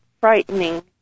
frightening